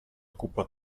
cupa